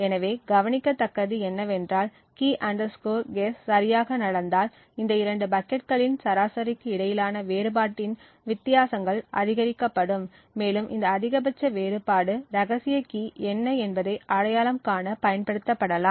எனவே கவனிக்கத்தக்கது என்னவென்றால் Key guess சரியாக நடந்தால் இந்த இரண்டு பக்கெட்களின் சராசரிக்கு இடையிலான வேறுபாட்டின் வித்தியாசங்கள் அதிகரிக்கப்படும் மேலும் இந்த அதிகபட்ச வேறுபாடு இரகசிய கீ என்ன என்பதை அடையாளம் காண பயன்படுத்தப்படலாம்